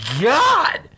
God